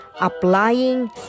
applying